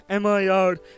MIR